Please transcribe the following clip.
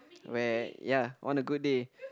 where ya on a good day